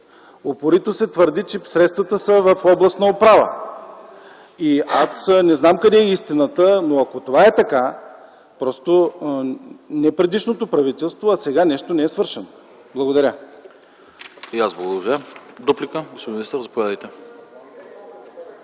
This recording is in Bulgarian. Упорито се твърди, че средствата са в областната управа. Аз не знам къде е истината, но ако това е така, просто не предишното правителство, а сега нещо не е свършено. Благодаря.